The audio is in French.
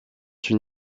une